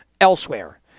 elsewhere